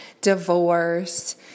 divorce